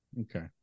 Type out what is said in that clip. Okay